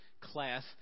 class